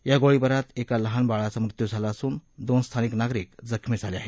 या गोळीबारात एका लहान बाळाचा मृत्यू झाला असून दोन स्थानिक नागरिक जखमी झाले आहेत